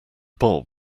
bob